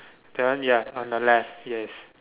that one ya on the left yes